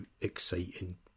exciting